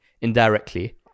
indirectly